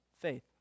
faith